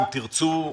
אם תרצו,